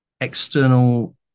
external